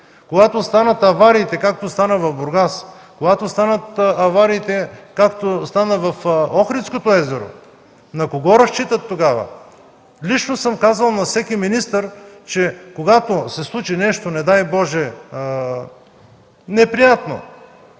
Когато станат авариите, както стана в Бургас, както стават авариите, както в Охридското езеро, на кого разчитат тогава? Лично съм казал на всеки министър, че когато се случи нещо, не дай Боже, неприятно,